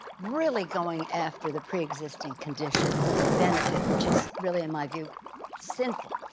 really going after the pre-existing condition benefit, which is really in my view sinful.